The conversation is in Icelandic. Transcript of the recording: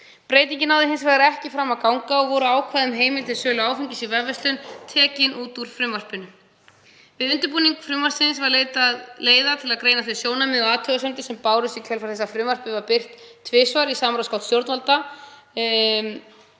Breytingin náði hins vegar ekki fram að ganga og voru ákvæði um heimild til sölu áfengis í vefverslun tekin út úr frumvarpinu. Við undirbúning frumvarpsins var leitað leiða til að greina þau sjónarmið og athugasemdir sem bárust í kjölfar þess að frumvarpið var birt tvisvar í samráðsgátt stjórnvalda.